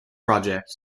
project